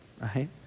right